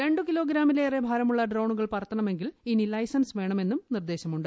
രണ്ടു കിലോഗ്രാമിലേറെ ഭൂാരമുള്ള ഡ്രോണുകൾ പറത്തണമെങ്കിൽ ഇനി ലൈസൻസ് വേണമെന്നും നിർദ്ദേശമുണ്ട്